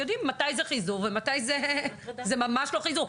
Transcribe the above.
יודעים מתי זה חיזור ומתי זה ממש לא חיזור.